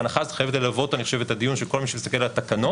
וההנחה הזאת חייבת ללוות אני חושב את הדיון של כל מי שמסתכל על התקנות,